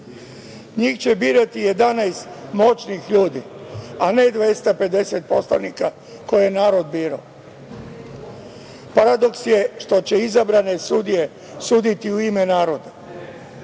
Njih će birati 11 moćnih ljudi, a ne 250 poslanika koje je narod birao. Paradoks je što će izabrane sudije suditi u ime naroda. Drage